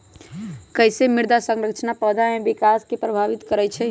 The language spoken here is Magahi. कईसे मृदा संरचना पौधा में विकास के प्रभावित करई छई?